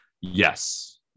Yes